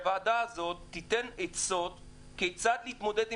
שהוועדה הזו תיתן עצות כיצד להציל את